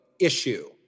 issue